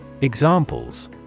Examples